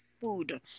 food